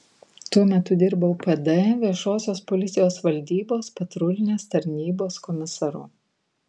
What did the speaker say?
tuo metu dirbau pd viešosios policijos valdybos patrulinės tarnybos komisaru